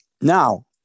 Now